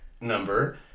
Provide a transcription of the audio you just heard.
number